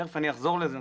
תכף אני אחזור לזה.